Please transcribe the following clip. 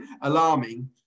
alarming